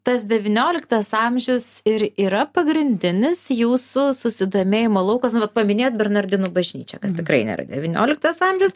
tas devynioliktas amžius ir yra pagrindinis jūsų susidomėjimo laukas nu vat paminėjot bernardinų bažnyčią kas tikrai nėra devynioliktas amžius